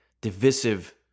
divisive